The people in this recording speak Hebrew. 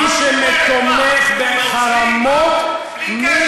מי שתומך בחרמות, מה הוא, הוא נוצרי?